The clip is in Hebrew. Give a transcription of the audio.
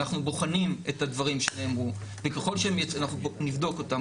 אנחנו בוחנים את הדברים שנאמרו וככול שנבדוק אותם,